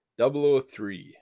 003